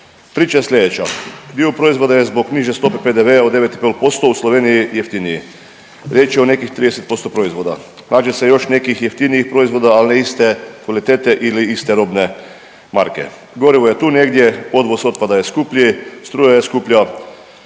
Priča je sljedeća. Dio proizvoda je zbog niže stope PDV-a od 9 i pol posto u Sloveniji jeftiniji. Riječ je o nekih 30% proizvoda. Nađe još nekih jeftinijih proizvoda, ali ne iste kvalitete ili iste robne marke. Gorivo je tu negdje, odvoz otpada je skuplji, struja je skuplja,